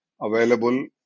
available